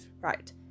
right